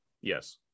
Yes